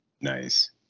Nice